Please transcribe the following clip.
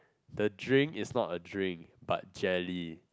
the drink is not a drink but jelly